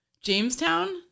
jamestown